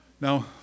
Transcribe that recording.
Now